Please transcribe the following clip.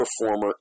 performer